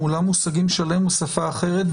עם עולם מושגים שלם ושפה אחרת,